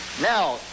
Now